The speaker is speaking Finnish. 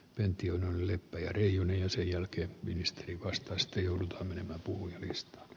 pentti on liperin ja sen jälkeen ministeri vastaista joudutaan ensinnä